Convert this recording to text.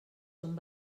són